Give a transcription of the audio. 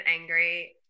angry